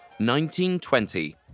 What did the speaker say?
1920